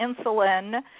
insulin